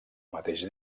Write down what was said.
mateix